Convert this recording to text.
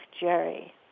Jerry